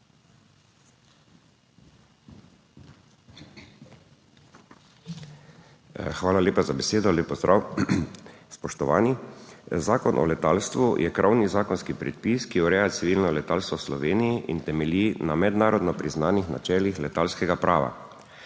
Hvala lepa za besedo. Lep pozdrav, spoštovani! Zakon o letalstvu je krovni zakonski predpis, ki ureja civilno letalstvo v Sloveniji in temelji na mednarodno priznanih načelih letalskega prava.